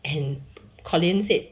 and colin said